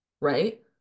right